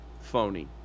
phony